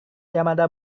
yamada